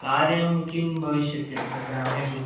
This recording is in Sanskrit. कार्यं किं भविष्यति अत्र ग्रामेषु